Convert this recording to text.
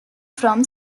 from